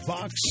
Box